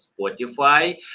Spotify